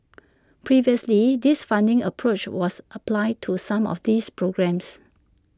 previously this funding approach was applied to some of these programmes